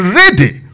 ready